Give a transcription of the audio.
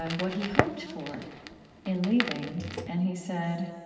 what he hoped for in leaving, and he said,